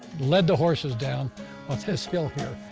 led the horses down on this hill here.